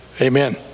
Amen